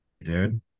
dude